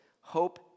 Hope